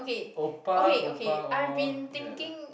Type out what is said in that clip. oppa oppa all ya